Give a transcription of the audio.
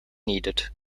needed